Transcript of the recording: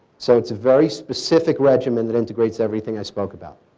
so it's a very specific regimen that integrates everything i spoke about.